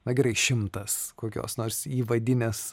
na gerai šimtas kokios nors įvadinės